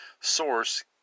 Source